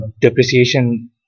depreciation